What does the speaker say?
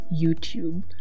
YouTube